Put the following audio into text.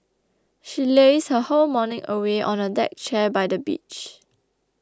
she lazed her whole morning away on a deck chair by the beach